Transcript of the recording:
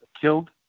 killed